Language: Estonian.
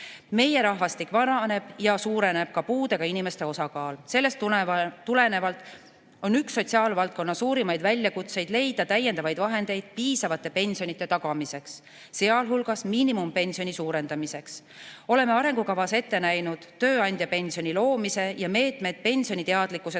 Meie rahvastik vananeb ja suureneb ka puudega inimeste osakaal. Sellest tulenevalt on üks sotsiaalvaldkonna suurimaid väljakutseid leida täiendavaid vahendeid piisavate pensionide tagamiseks, sealhulgas miinimumpensioni suurendamiseks. Oleme arengukavas ette näinud tööandjapensioni loomise ja meetmed pensioniteadlikkuse tõstmiseks.